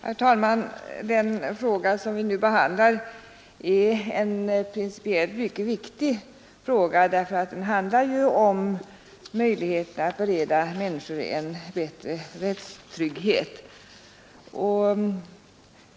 Herr talman! Den fråga som vi nu behandlar är principiellt mycket viktig — den handlar ju om möjligheten att bereda människor en bättre rättstrygghet.